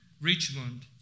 Richmond